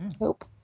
nope